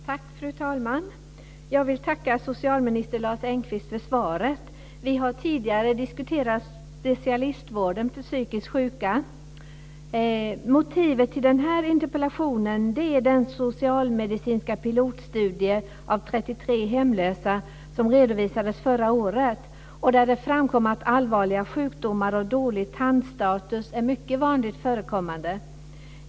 Fru talman! Jag vill tacka socialminister Lars Engqvist för svaret. Vi har tidigare diskuterat specialistvården för psykiskt sjuka. Motivet till denna interpellation är den socialmedicinska pilotstudie av 33 hemlösa som redovisades förra året, och det framkom där att allvarliga sjukdomar och dålig tandstatus är mycket vanligt förekommande.